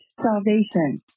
salvation